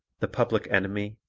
the public enemy,